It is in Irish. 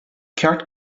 ceart